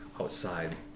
outside